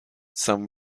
some